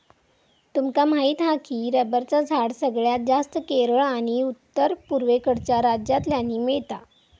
तुमका माहीत हा की रबरचा झाड सगळ्यात जास्तं केरळ आणि उत्तर पुर्वेकडच्या राज्यांतल्यानी मिळता